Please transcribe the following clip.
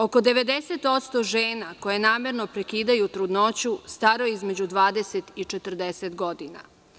Oko 90% žena koje namerno prekidaju trudnoću staro je između 20 i 40 godina.